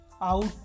out